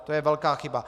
To je velká chyba.